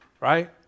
right